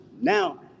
Now